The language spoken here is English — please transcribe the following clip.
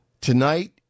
Tonight